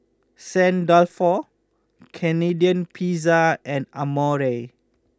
Saint Dalfour Canadian Pizza and Amore